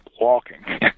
walking